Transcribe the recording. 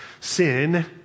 sin